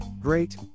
Great